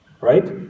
right